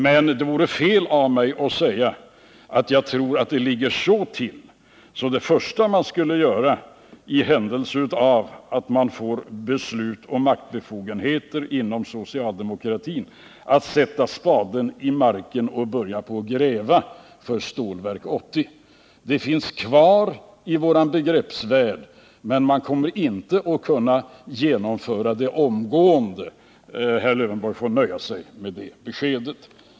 Men det vore fel av mig att säga att jag tror att det ligger så till att det första man skulle göra inom socialdemokratin för den händelse att man får beslutsoch maktbefogenheter vore att sätta spaden i marken och börja gräva för Stålverk 80. Projektet finns kvar i vår begreppsvärld, men man kommer inte att kunna genomföra det omgående. Herr Lövenborg får nöja sig med det beskedet.